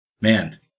Man